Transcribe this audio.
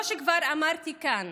כמו שכבר אמרתי כאן